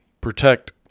protect